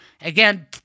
Again